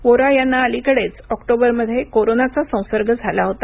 व्होरा यांना अलीकडेच ऑक्टोबरमध्ये कोरोनाचा संसर्ग झाला होता